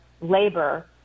labor